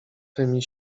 tymi